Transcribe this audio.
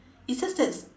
it's just that